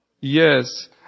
Yes